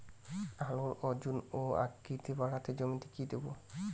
আলুর ওজন ও আকৃতি বাড়াতে জমিতে কি দেবো?